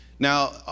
Now